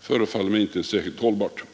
förefaller mig inte särskilt hållbart.